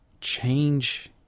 change